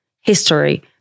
history